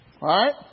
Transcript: right